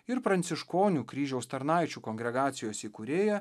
ir pranciškonių kryžiaus tarnaičių kongregacijos įkūrėja